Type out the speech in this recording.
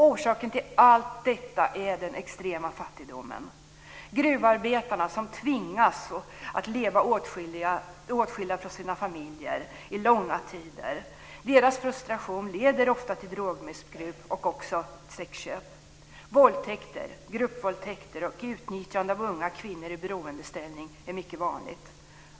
Orsaken till allt detta är den extrema fattigdomen. Gruvarbetarna tvingas leva åtskilda från sina familjer i långa tider. Deras frustration leder ofta till drogmissbruk och sexköp. Våldtäkter, gruppvåldtäkter och utnyttjande av unga kvinnor i beroendeställning är mycket vanligt.